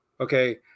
okay